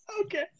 Okay